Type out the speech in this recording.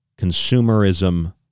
consumerism